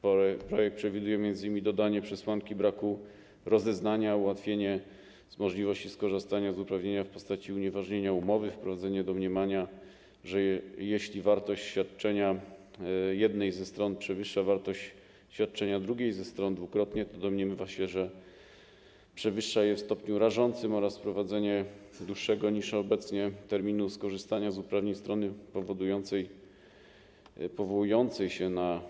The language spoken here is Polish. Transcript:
Projekt przewiduje m.in. podanie przesłanki braku rozeznania, ułatwienie skorzystania z uprawnienia w postaci unieważnienia umowy, wprowadzenie domniemania, że jeśli wartość świadczenia jednej ze stron przewyższa wartość świadczenia drugiej ze stron dwukrotnie, to domniemywa się, że przewyższa ją w stopniu rażącym, oraz wprowadzenie dłuższego niż obecnie terminu skorzystania z uprawnień strony powołującej się na wyzysk.